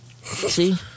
See